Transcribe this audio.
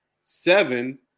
seven